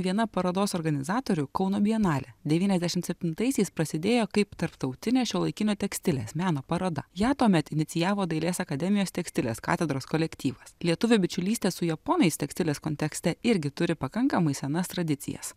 viena parodos organizatorių kauno bienalė devyniasdešimt septintaisiais prasidėjo kaip tarptautinė šiuolaikinio tekstilės meno paroda ją tuomet inicijavo dailės akademijos tekstilės katedros kolektyvas lietuvių bičiulystė su japonais tekstilės kontekste irgi turi pakankamai senas tradicijas